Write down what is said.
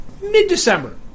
mid-December